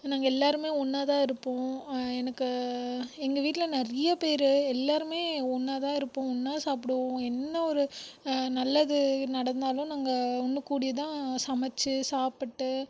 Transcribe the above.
நாங்கள் எல்லாேருமே ஒன்றா தான் இருப்போம் எனக்கு எங்கள் வீட்டில் நிறைய பேர் எல்லாேருமே ஒன்றா தான் இருப்போம் ஒன்றா சாப்பிடுவோம் என்ன ஒரு நல்லது நடந்தாலும் நாங்கள் ஒன்று கூடிதான் சமைச்சி சாப்பிட்டு